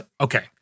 Okay